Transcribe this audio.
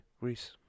Greece